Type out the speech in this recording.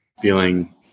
feeling